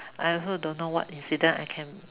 I also don't know what incident I can